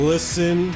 Listen